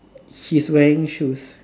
he's wearing shoes